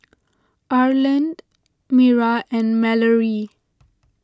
Arland Mira and Malorie